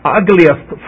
ugliest